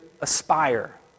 aspire